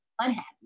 unhappy